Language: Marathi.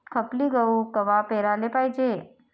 खपली गहू कवा पेराले पायजे?